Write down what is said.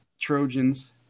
Trojans